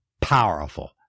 powerful